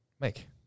Mike